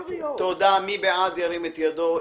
מי בעד ירים את ידו.